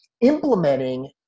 implementing